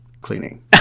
cleaning